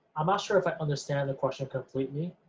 i'm not sure if i understand the question completely,